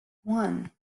one